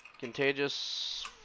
Contagious